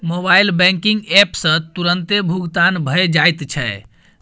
mobile banking app सँ तुरतें भुगतान भए जाइत छै